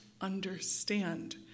understand